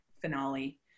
finale